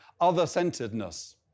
other-centeredness